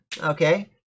okay